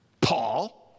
Paul